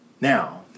now